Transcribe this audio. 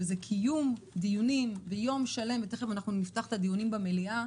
של קיום דיונים במשך יום שלם ותיכף נפתח את הדיונים במליאה